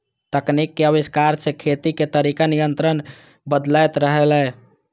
तकनीक के आविष्कार सं खेती के तरीका निरंतर बदलैत रहलैए